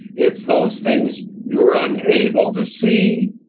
it's those things you're unable to see